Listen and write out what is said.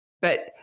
But-